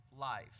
life